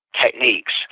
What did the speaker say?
techniques